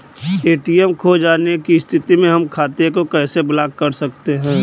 ATM खो जाने की स्थिति में हम खाते को कैसे ब्लॉक कर सकते हैं?